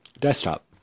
desktop